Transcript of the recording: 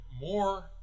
more